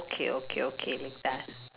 okay okay okay